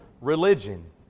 religion